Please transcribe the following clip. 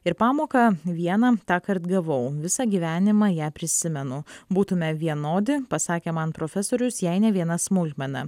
ir pamoką vieną tąkart gavau visą gyvenimą ją prisimenu būtume vienodi pasakė man profesorius jei ne viena smulkmena